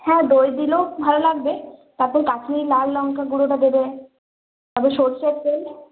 হ্যাঁ দই দিলেও ভালো লাগবে তারপর কাশ্মীরি লাল লংকা গুঁড়োটা দেবে তারপর সর্ষের তেল